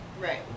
Right